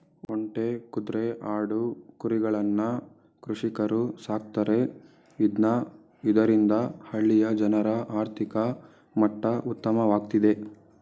ಒಂಟೆ, ಕುದ್ರೆ, ಆಡು, ಕುರಿಗಳನ್ನ ಕೃಷಿಕರು ಸಾಕ್ತರೆ ಇದ್ನ ಇದರಿಂದ ಹಳ್ಳಿಯ ಜನರ ಆರ್ಥಿಕ ಮಟ್ಟ ಉತ್ತಮವಾಗ್ತಿದೆ